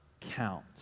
count